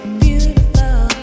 beautiful